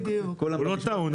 הוא לא טעון.